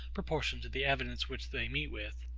proportioned to the evidence which they meet with.